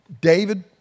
David